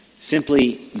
Simply